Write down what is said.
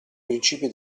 principi